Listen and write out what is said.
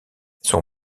son